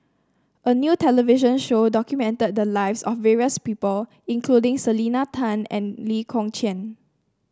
a new television show documented the lives of various people including Selena Tan and Lee Kong Chian